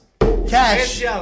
Cash